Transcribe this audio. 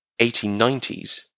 1890s